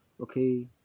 okay